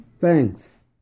thanks